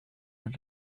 and